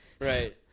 Right